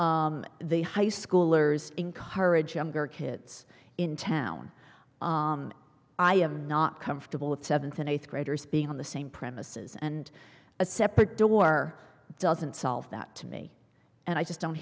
the high schoolers encourage younger kids in town i am not comfortable with seventh and eighth graders being on the same premises and a separate door doesn't solve that to me and i just don't